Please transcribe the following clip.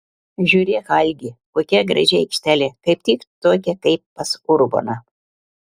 žiūrėk algi kokia graži aikštelė kaip tik tokia kaip pas urboną